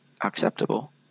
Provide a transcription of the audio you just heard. acceptable